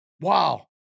Wow